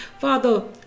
Father